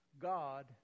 God